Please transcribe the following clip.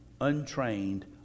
untrained